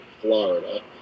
Florida